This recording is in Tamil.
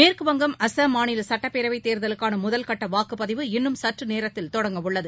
மேற்கு வங்கம் அஸ்ஸாம் மாநில சட்டப்பேரவை தேர்தலுக்கான முதல்கட்ட வாக்குப்பதிவு இன்னும் சற்று நேரத்தில் தொடங்கவுள்ளது